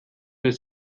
das